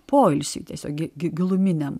poilsiui tiesiogiai giluminiam